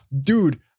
dude